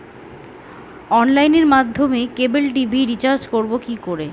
অনলাইনের মাধ্যমে cable TV recharge করব কি করে?